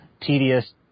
tedious